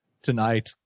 Tonight